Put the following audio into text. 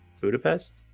Budapest